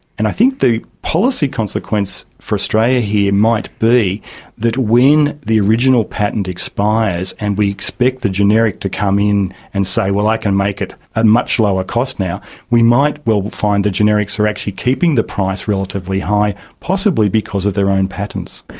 and i think the policy consequence for australia here might be that when the original patent expires and we expect the generic to come in and say, well, i can make it at much lower cost now we might well find the generics are actually keeping the price relatively high, possibly because of their own patents.